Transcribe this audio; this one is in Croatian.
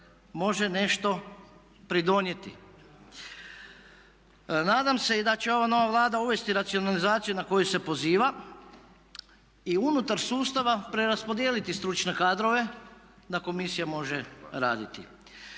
može nešto pridonijeti. Nadam se i da će ova nova Vlada uvesti racionalizaciju na koju se poziva i unutar sustava preraspodijeliti stručne kadrove da komisija može raditi.